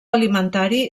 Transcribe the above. alimentari